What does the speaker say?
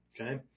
Okay